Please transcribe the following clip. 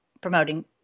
promoting